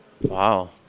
wow